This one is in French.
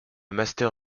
master